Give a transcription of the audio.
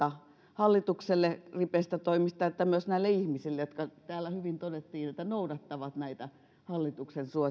hallitukselle ripeistä toimista että myös näille ihmisille jotka niin kuin täällä hyvin todettiin noudattavat hallituksen